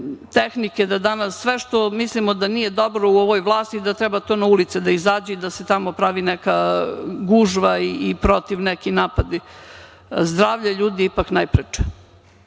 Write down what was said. tehnike, da danas sve što mislimo da nije dobro u ovoj vlasti da treba to na ulice da izađe i da se tamo pravi neka gužva i protiv neki napadi. Zdravlje ljudi je ipak najpreče. Srbija